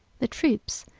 the troops,